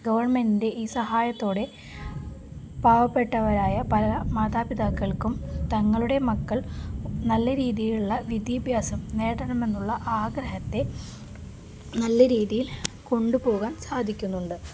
ഗവൺമെൻറിൻ്റെ ഈ സഹായത്തോടെ പാവപ്പെട്ടവരായ പല മാതാപിതാക്കൾക്കും തങ്ങളുടെ മക്കൾ നല്ല രീതിയിലുള്ള വിദ്യാഭ്യാസം നേടണമെന്നുള്ള ആഗ്രഹത്തെ നല്ല രീതിയിൽ കൊണ്ടുപോകാൻ സാധിക്കുന്നുണ്ട്